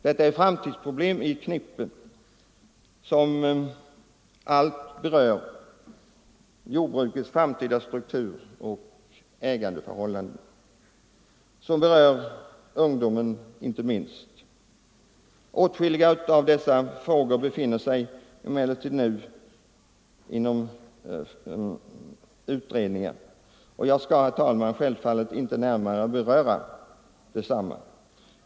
Detta är framtidsproblem i ett knippe som berör jordbrukets framtida struktur och ägandeförhållanden och inte minst ungdomen. Åtskilliga av dessa frågor befinner sig nu under utredning och jag skall, herr talman, självfallet inte närmare beröra desamma.